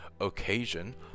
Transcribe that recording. occasion